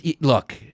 look